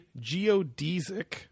geodesic